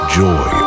joy